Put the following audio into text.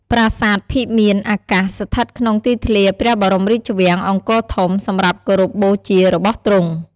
ប្រាសាទភិមានអាកាសស្ថិតក្នុងទីធ្លារព្រះបរមរាជវាំងអង្គរធំសំរាប់គោរពបូជារបស់ទ្រង់ ។